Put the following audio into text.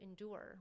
endure